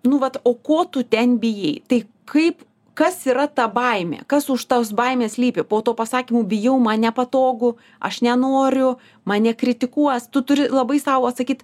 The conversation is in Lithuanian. nu vat o ko tu ten bijai tai kaip kas yra ta baimė kas už tos baimės slypi po tuo pasakymu bijau man nepatogu aš nenoriu mane nekritikuos tu turi labai sau atsakyt